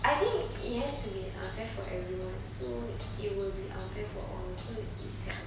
I think it has to be unfair for everyone so it will be unfair for all so it's like